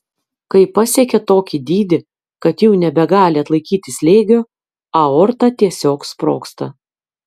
kai pasiekia tokį dydį kad jau nebegali atlaikyti slėgio aorta tiesiog sprogsta